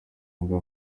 ngo